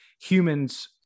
humans